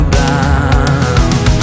bound